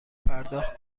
پرداخت